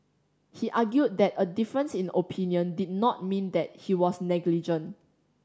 he argued that a difference in opinion did not mean that he was negligent